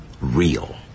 real